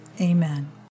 Amen